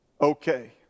okay